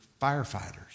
firefighters